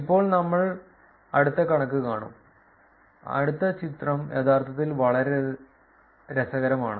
ഇപ്പോൾ നമ്മൾ അടുത്ത കണക്ക് കാണും അടുത്ത ചിത്രം യഥാർത്ഥത്തിൽ വളരെ രസകരമാണ്